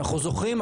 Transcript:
אנחנו זוכרים,